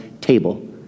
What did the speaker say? table